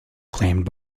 claimed